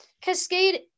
Cascade